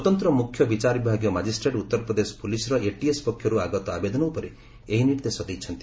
ସ୍ୱତନ୍ତ୍ର ମୁଖ୍ୟ ବିଚାର ବିଭାଗିୟ ମାଜିଷ୍ଟ୍ରେଟ୍ ଉତ୍ତରପ୍ରଦେଶ ପୁଲିସ୍ର ଏଟିଏସ୍ ପକ୍ଷରୁ ଆଗତ ଆବେଦନ ଉପରେ ଏହି ନିର୍ଦ୍ଦେଶ ଦେଇଛନ୍ତି